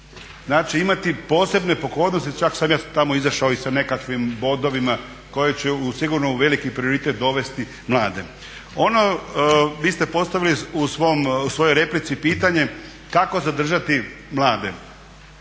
Znači, imati posebne pogodnosti, čak sam ja tamo izašao i sa nekakvim bodovima koje će sigurno u veliki prioritet dovesti mlade. Ono gdje ste postavili u svojoj replici pitanje kako zadržati mlade.